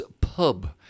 pub